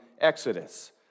Exodus